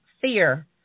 fear